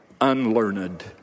unlearned